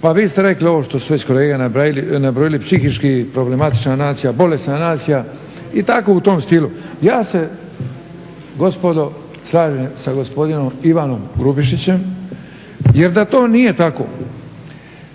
pa vi ste rekli ovo što su već kolege nabrojili, psihički problematična nacija, bolesna nacija i tako u tom stilu. Ja se, gospodo slažem sa gospodinom Ivanom Grubišićem. Jer da to nije tako